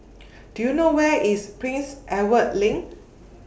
Do YOU know Where IS Prince Edward LINK